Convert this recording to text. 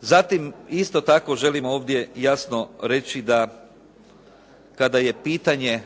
Zatim, isto tako jasno ovdje želim reći da kada je pitanje